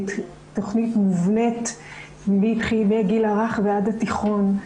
תכנית מובנית מגילאי הגיל הרך ועד התיכון.